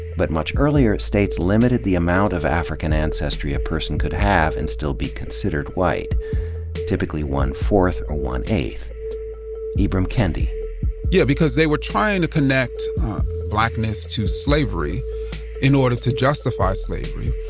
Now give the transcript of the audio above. but much earlier, states limited the amount of african ancestry a person could have and still be considered white typica lly one-fourth or one-eighth. ibram kendi yeah, because they were trying to connect blackness to slavery in order to justify slavery,